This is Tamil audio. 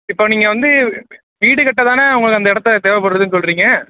இப்போ நீங்கள் வந்து வீடு கட்ட தானே உங்களுக்கு அந்த இடத்த தேவைப்படுதுன்னு சொல்கிறீங்க